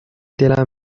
دلم